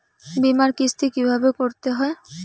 বিমার কিস্তি কিভাবে করতে হয়?